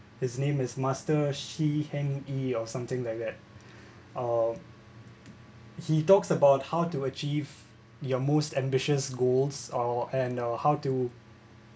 his name as master Shee-Heng-Yi or something like that uh he talks about how to achieve your most ambitious goals or and uh how to